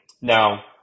Now